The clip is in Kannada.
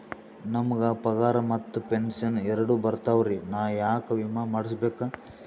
ನಮ್ ಗ ಪಗಾರ ಮತ್ತ ಪೆಂಶನ್ ಎರಡೂ ಬರ್ತಾವರಿ, ನಾ ಯಾಕ ವಿಮಾ ಮಾಡಸ್ಬೇಕ?